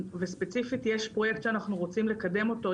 וספציפית, יש פרויקט שאנחנו רוצים לקדם אותו.